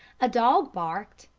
a dog barked,